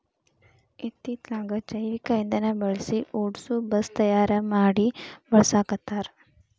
ಇತ್ತಿತ್ತಲಾಗ ಜೈವಿಕ ಇಂದನಾ ಬಳಸಿ ಓಡಸು ಬಸ್ ತಯಾರ ಮಡಿ ಬಳಸಾಕತ್ತಾರ